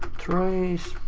trace.